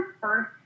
first